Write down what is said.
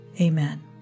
Amen